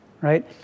right